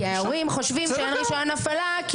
כי ההורים חושבים שאין רישיון הפעלה,